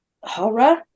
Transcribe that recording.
horror